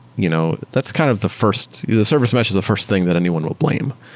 you know that's kind of the first the the service mesh is the first thing that anyone will blame,